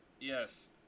Yes